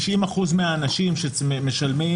90% מהאנשים שמשלמים,